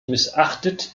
missachtet